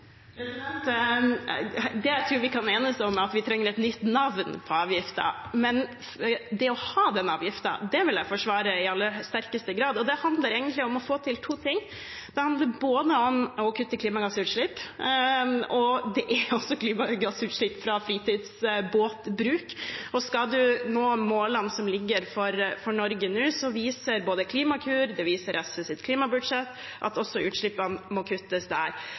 Det jeg tror vi kan enes om, er at vi trenger et nytt navn på avgiften. Men det å ha avgiften vil jeg forsvare i aller høyeste grad. Det handler om å få til to ting. Det handler om å kutte klimagassutslipp. Det er klimagassutslipp også fra fritidsbåtbruk, og skal vi nå målene Norge har satt seg, viser både Klimakur og SVs klimabudsjett at utslippene må kuttes også der.